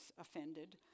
offended